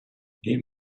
ийм